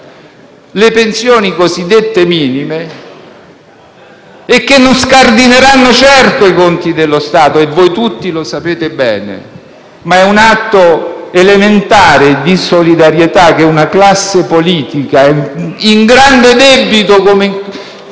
le pensioni cosiddette minime. Tale intervento non scardinerà certo i conti dello Stato - come voi tutti sapete bene - ma è un atto elementare di solidarietà che una classe politica in grande debito con